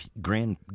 grand